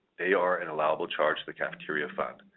they are an allowable charge to the cafeteria fund.